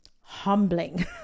humbling